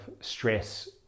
stress